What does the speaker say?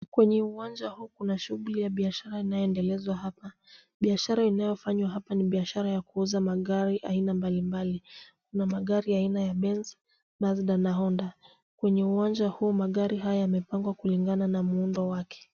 Kwenye uwanja huu kuna shughuli ya biashara inayoendelezwa hapa. Biashara inayofanywa hapa ni biashara ya kuuza magari aina mbalimbali. Kuna magari aina ya Benz, Mazda na Honda. Kwenye uwanja huu magari haya yamepangwa kulingana na muundo wake.